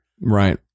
Right